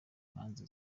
imanza